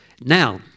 Now